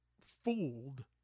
fooled